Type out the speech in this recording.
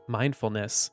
mindfulness